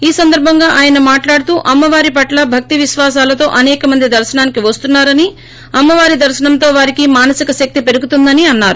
ఈ సందర్బంగా ఆయన మాట్లాడుతూ అమ్మవారి పట్ల భక్తి విశ్వాసాలతో అసేక మంది దర్శనానికి వస్తున్నారని అమ్మవారి దర్శనంతో వారికి మానసిక శక్తి పెరుగుతుందని అన్నారు